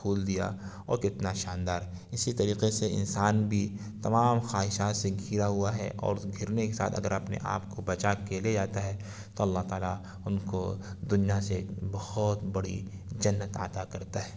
پھول دیا اور کتنا شاندار اسی طریقے سے انسان بھی تمام خواہشات سے گھرا ہوا ہے اور اس گھرنے کے ساتھ اگر اپنے آپ کو بچا کے لے جاتا ہے تو اللہ تعالیٰ ان کو دنیا سے بہت بڑی جنت عطا کرتا ہے